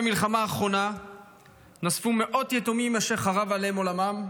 במלחמה האחרונה נוספו מאות יתומים אשר חרב עליהם עולמם,